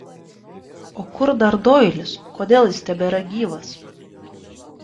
o kur dar doilis kodėl jis tebėra gyvas